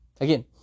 Again